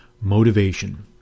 motivation